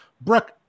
Brooke